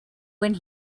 when